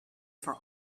for